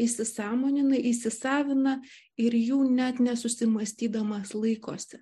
įsisąmonina įsisavina ir jų net nesusimąstydamas laikosi